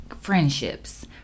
friendships